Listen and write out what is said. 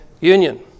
union